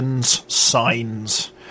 signs